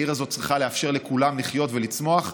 העיר הזאת צריכה לאפשר לכולם לחיות ולצמוח,